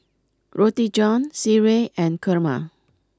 Roti John Sireh and Kurma